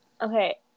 Okay